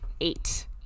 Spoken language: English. eight